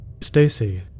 Stacy